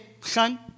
son